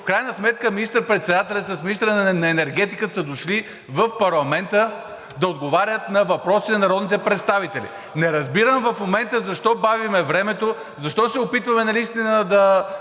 В крайна сметка министър-председателят с министъра на енергетиката са дошли в парламента да отговарят на въпроси на народните представители. Не разбирам защо в момента бавим времето, защо се опитваме наистина да